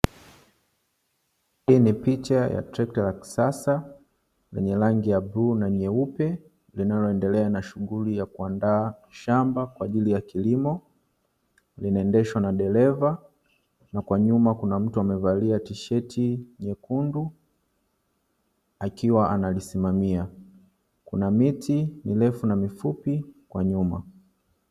Hii ni picha ya trekta ya kisasa lenye rangi ya bluu na nyeupe linaloendelea na shughuli ya kuandaa shamba kwa ajili ya kilimo linaendeshwa na dereva na kwa nyuma kuna mtu amevalia tisheti nyekundu akiwa analisimamia kuna miti mirefu na mifupi kwa nyuma.